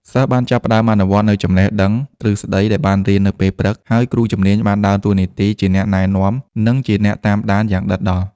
សិស្សបានចាប់ផ្តើមអនុវត្តនូវចំណេះដឹងទ្រឹស្តីដែលបានរៀននៅពេលព្រឹក ហើយគ្រូជំនាញបានដើរតួនាទីជាអ្នកណែនាំនិងជាអ្នកតាមដានយ៉ាងដិតដល់។